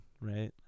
right